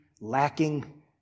Lacking